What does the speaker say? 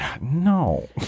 No